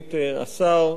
סגנית השר,